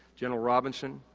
general robinson,